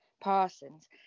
parsons